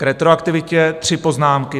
K retroaktivitě tři poznámky.